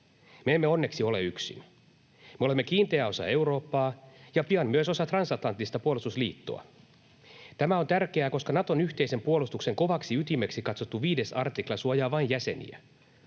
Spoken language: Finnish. Me emme onneksi ole yksin. Me olemme kiinteä osa Eurooppaa ja pian myös osa transatlanttista puolustusliittoa. Tämä on tärkeää, koska Naton yhteisen puolustuksen kovaksi ytimeksi katsottu 5. artikla suojaa vain jäseniä.